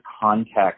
context